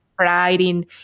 writing